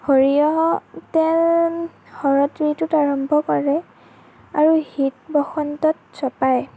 সৰিয়হ তেল শৰৎ ঋতুত আৰম্ভ কৰে আৰু শীত বসন্তত চপায়